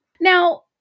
Now